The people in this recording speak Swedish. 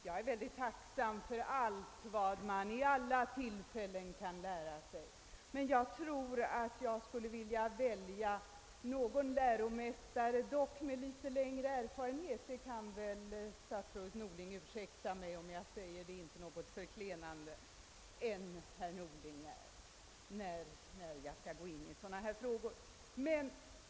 Jag är mycket tacksam för allt jag kan lära mig vid alla tillfällen, men jag tror nog att jag skulle välja en läromästare med litet längre erfarenhet än herr Norling har då det gäller sådana här frågor. Det hoppas jag statsrådet Norling ursäktar att jag säger; det är inte något förklenande.